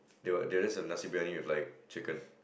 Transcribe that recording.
they would they would just have nasi-briyani with like chicken